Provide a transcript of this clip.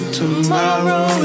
tomorrow